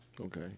Okay